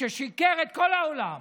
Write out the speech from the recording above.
ששיקר את כל העולם